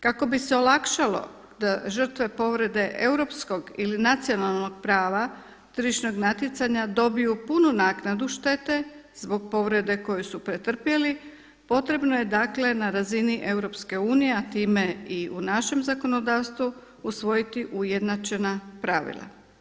Kako bi se olakšalo da žrtve povrede europskog ili nacionalnog prava tržišnog natjecanja dobiju punu naknadu štete zbog povrede koju su pretrpjeli, potrebno je dakle na razini EU, a time i u našem zakonodavstvu usvojiti ujednačena pravila.